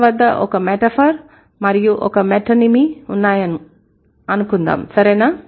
మన వద్ద ఒక మెటఫర్ మరియు ఒక మెటోనిమి ఉన్నాయిసరేనా